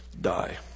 die